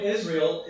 Israel